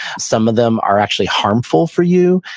some of them are actually harmful for you.